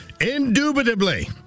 indubitably